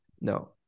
No